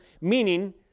meaning